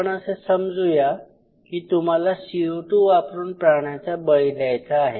आपण असे समजूया कि तुम्हाला CO2 वापरून प्राण्याचा बळी द्यायचा आहे